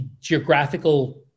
geographical